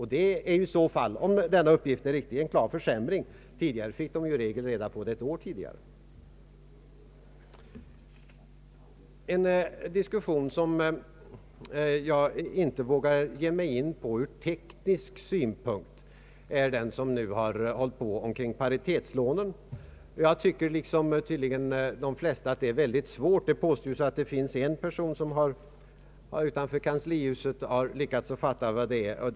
Det är, om denna uppgift är riktig, en klar försämring. Tidigare fick de reda på det ett år i förväg. En diskussion som jag inte vågar ge mig in på ur teknisk synpunkt är den som nu pågått omkring paritetslånen. Jag tycker liksom tydligen de flesta att detta är väldigt svårt. Det påstås att det bara finns en person utanför kanslihuset som lyckats fatta vad detta innebär.